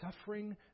suffering